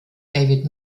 david